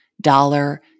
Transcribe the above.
dollar